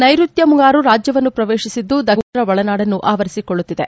ನೈರುತ್ಯ ಮುಂಗಾರುರಾಜ್ಯವನ್ನು ಪ್ರವೇಶಿಸಿದ್ದು ದಕ್ಷಿಣ ಹಾಗೂ ಉತ್ತರ ಒಳನಾಡಅನ್ನು ಆವರಿಸಿಕೊಳ್ಳುತ್ತಿದೆ